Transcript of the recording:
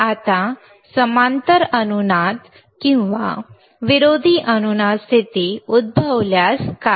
आता समांतर अनुनाद किंवा विरोधी अनुनाद स्थिती उद्भवल्यास काय